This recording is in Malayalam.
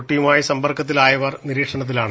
കുട്ടിയുമായി സമ്പർക്കത്തിലായവർ നീരീക്ഷണത്തിലാണ്